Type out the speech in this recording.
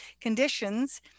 conditions